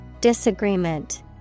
Disagreement